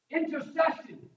intercession